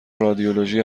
رادیولوژی